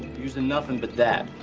using nothing but that.